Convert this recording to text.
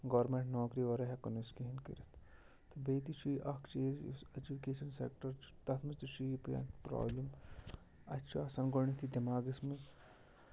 government نوکری وَرٲے ہٮ۪کو نہٕ أسۍ کِہیٖنۍ کٔرِتھ تہٕ بیٚیہِ تہِ چھُے یہِ اَکھ چیٖز یُس اٮ۪جُکیشَن سٮ۪کٹَر چھُ تَتھ منٛز تہِ چھُ یی پرٛابلِم اَسہِ چھُ آسان گۄڈٕنٮ۪تھٕے دٮ۪ماغَس منٛز